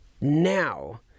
Now